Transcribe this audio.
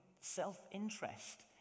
self-interest